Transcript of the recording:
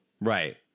Right